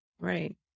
Right